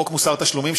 חוק מוסר תשלומים,